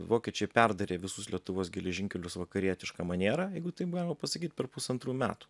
vokiečiai perdarė visus lietuvos geležinkelius vakarietiška maniera jeigu taip galima pasakyt per pusantrų metų